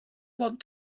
want